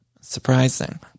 Surprising